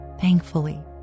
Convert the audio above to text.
thankfully